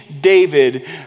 David